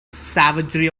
savagery